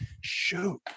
shoot